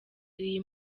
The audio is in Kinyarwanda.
iyi